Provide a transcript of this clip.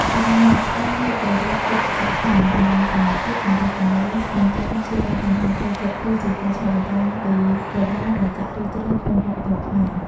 សរុបមក ការងាកទៅរកពុទ្ធសាសនា និងសមាធិ សម្រាប់ចម្លើយនិងការព្យាបាលបញ្ហាផ្លូវចិត្ត គឺជាការឆ្លុះបញ្ចាំងពីប្រាជ្ញាដែលចាក់ឫសជ្រៅក្នុងវប្បធម៌ខ្មែរ។